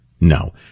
No